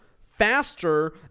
faster